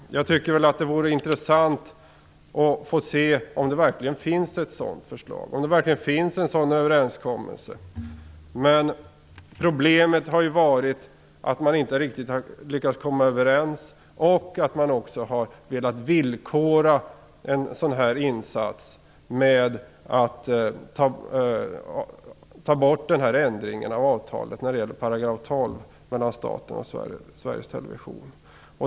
Jag tycker att det vore intressant att få se om det verkligen finns ett sådant förslag och en sådan överenskommelse. Problemet har varit att man inte riktigt har lyckats komma överens, och att man har velat villkora en sådan här insats med att ta bort ändringen när det gäller 12 § i avtalet mellan staten och Sveriges Television.